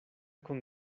con